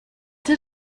did